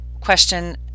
question